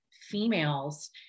females